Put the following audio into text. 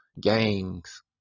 Gangs